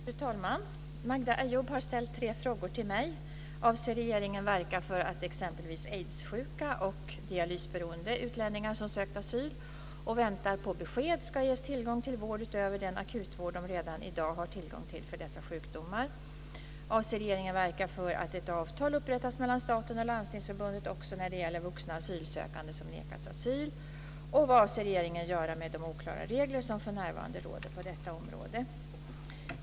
Fru talman! Magda Ayoub har ställt tre frågor till mig. Avser regeringen verka för att exempelvis aidssjuka och dialysberoende utlänningar som sökt asyl och väntar på besked ska ges tillgång till vård utöver den akutvård de redan i dag har tillgång till för dessa sjukdomar? Avser regeringen verka för att ett avtal upprättas mellan staten och Landstingsförbundet också när det gäller vuxna asylsökande som nekats asyl? Vad avser regeringen göra med de oklara regler som för närvarande råder på detta område?